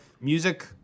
Music